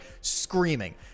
screaming